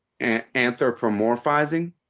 anthropomorphizing